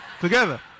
together